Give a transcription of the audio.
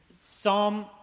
Psalm